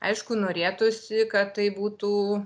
aišku norėtųsi kad tai būtų